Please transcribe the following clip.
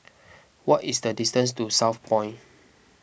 what is the distance to Southpoint